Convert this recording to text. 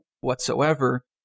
whatsoever